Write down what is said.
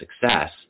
success